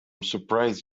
surprised